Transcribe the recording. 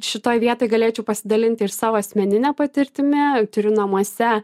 šitoj vietoj galėčiau pasidalinti ir savo asmenine patirtimi turiu namuose